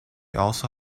also